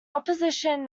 opposition